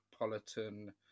Metropolitan